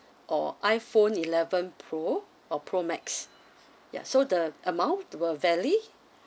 or iPhone eleven pro or pro max ya so the amount will vary